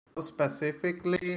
Specifically